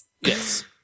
Yes